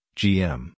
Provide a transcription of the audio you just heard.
gm